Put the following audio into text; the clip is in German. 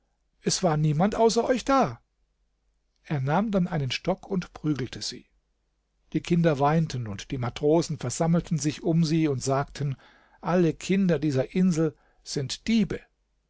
es war niemand außer euch da er nahm dann einen stock und prügelte sie die kinder weinten und die matrosen versammelten sich um sie und sagten alle kinder dieser insel sind diebe